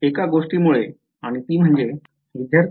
कारण एक गोष्टीमुळे आणि ती म्हणजे विध्यार्ती